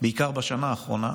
בעיקר בשנה האחרונה.